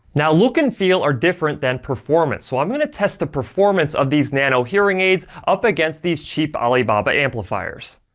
now, look and feel are different than performance, so i'm gonna test the performance of these nano hearing aids up against these cheap alibaba amplifiers.